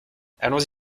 allons